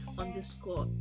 underscore